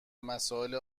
مسائل